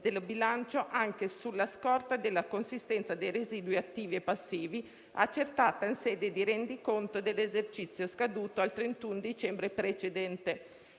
del bilancio, anche sulla scorta della consistenza dei residui attivi e passivi accertata in sede di rendiconto dell'esercizio scaduto al 31 dicembre precedente.